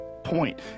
point